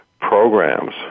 programs